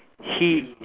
he